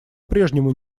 прежнему